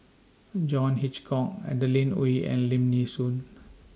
John Hitchcock Adeline Ooi and Lim Nee Soon